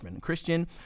Christian